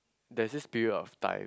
there's this period of time